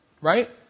right